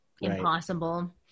impossible